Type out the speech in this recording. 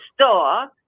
store